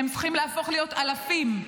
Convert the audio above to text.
צריכים להפוך להיות אלפים.